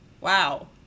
wow